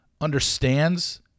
understands